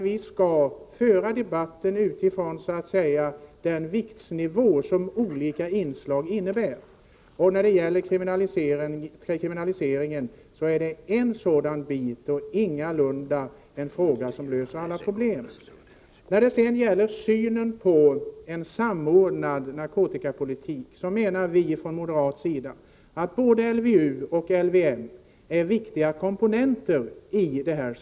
Vi skall föra debatten utifrån den vikt som de olika inslagen har. Kriminaliseringen är bara en bit och ingalunda något som löser alla problem. När det sedan gäller synen på en samordnad narkotikapolitik menar vi från moderat sida att både LVU och LVM är viktiga komponenter.